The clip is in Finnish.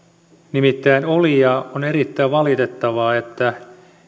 nimittäin oli ja on erittäin valitettavaa että